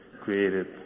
created